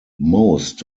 most